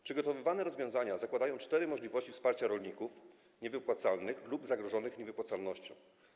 Przygotowywane rozwiązania zakładają cztery możliwości wsparcia rolników niewypłacalnych lub zagrożonych niewypłacalnością.